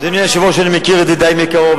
אדוני היושב-ראש, אני מכיר את זה די מקרוב.